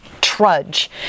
trudge